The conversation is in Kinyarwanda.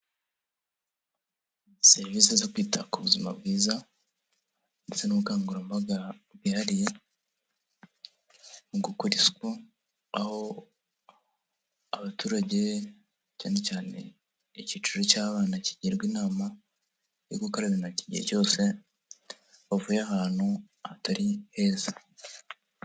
Serivise zo kwita ku buzima bwiza ndetse n'ubukangurambaga bwihariye mu gukora isuku. Aho abaturage cyane cyane icyiciro cy'abana kigirwa inama yo gukorana intoki igihe cyose wavuye ahantu hatari heza.